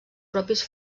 propis